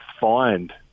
fined